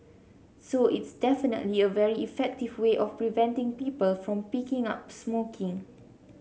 so it's definitely a very effective way of preventing people from picking up smoking